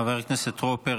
חבר הכנסת טרופר,